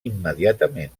immediatament